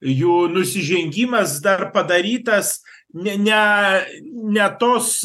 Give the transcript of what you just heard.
jų nusižengimas dar padarytas ne ne ne tos